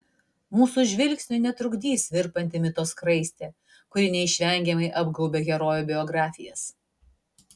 mūsų žvilgsniui netrukdys virpanti mito skraistė kuri neišvengiamai apgaubia herojų biografijas